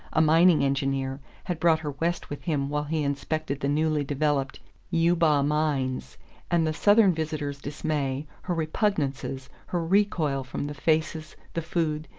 a mining engineer, had brought her west with him while he inspected the newly developed eubaw mines and the southern visitor's dismay, her repugnances, her recoil from the faces, the food,